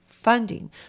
funding